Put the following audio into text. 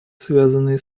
связанные